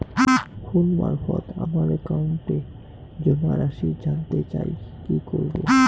Phone মারফত আমার একাউন্টে জমা রাশি কান্তে চাই কি করবো?